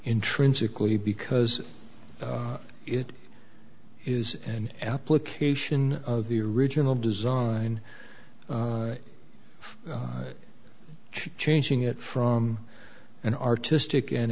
intrinsically because it is an application of the original design of changing it from an artistic and